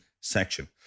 section